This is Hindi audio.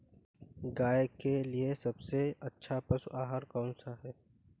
गाय के लिए सबसे अच्छा पशु आहार कौन सा है?